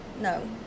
no